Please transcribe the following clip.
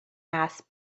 asked